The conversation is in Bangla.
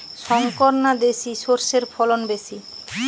শংকর না দেশি সরষের ফলন বেশী?